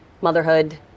motherhood